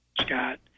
Scott